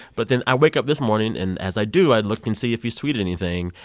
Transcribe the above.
but then, i wake up this morning. and as i do, i look and see if he's tweeted anything.